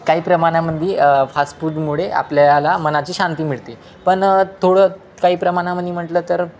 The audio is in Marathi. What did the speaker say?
काही प्रमाणामध्ये फास्ट फूडमुळे आपल्याला मनाची शांती मिळते पण थोडं काही प्रमाणामध्ये म्हटलं तर